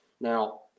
Now